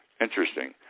Interesting